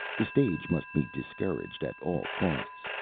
the stage must be discouraged at all costs.